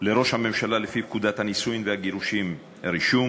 לראש הממשלה לפי פקודת הנישואין והגירושין (רישום),